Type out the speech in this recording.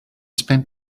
spent